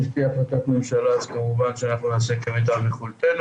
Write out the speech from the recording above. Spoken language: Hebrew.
כשתהיה החלטת ממשלה כמובן שנעשה במיטב יכולתנו.